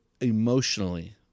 emotionally